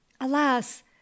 Alas